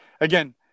again